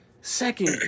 second